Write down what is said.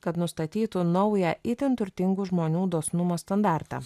kad nustatytų naują itin turtingų žmonių dosnumo standartą